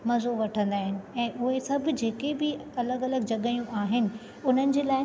मज़ो वठंदा आहिनि ऐं उहे सभु जेके बि अलॻि अलॻि जॻहियूं आहिनि उन्हनि जे लाइ